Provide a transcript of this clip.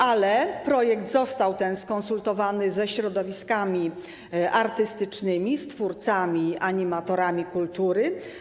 Ale ten projekt został skonsultowany ze środowiskami artystycznymi, z twórcami, z animatorami kultury.